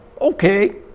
Okay